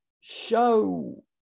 show